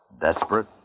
Desperate